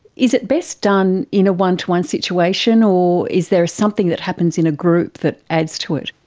is it best done in a one-to-one situation, or is there something that happens in a group that adds to it?